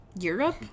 Europe